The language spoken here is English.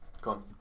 go